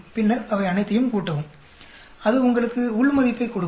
பின்னர் அவை அனைத்தையும் கூட்டவும் அது உங்களுக்கு உள் மதிப்பைக் கொடுக்கும்